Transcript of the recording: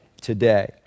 today